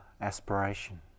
aspiration